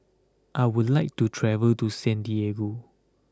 I would like to travel to Santiago